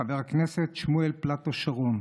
חבר הכנסת שמואל פלטו שרון,